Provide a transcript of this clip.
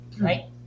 Right